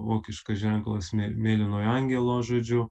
vokiškas ženklas mė mėlynojo angelo žodžiu